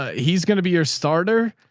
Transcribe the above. he's going to be your starter.